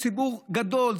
ציבור גדול,